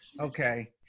Okay